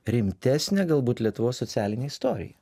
rimtesnę galbūt lietuvos socialinę istoriją